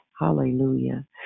Hallelujah